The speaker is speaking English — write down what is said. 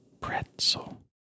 pretzel